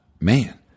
man